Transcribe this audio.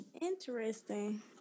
Interesting